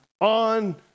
on